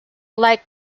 like